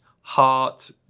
heart